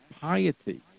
piety